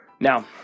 Now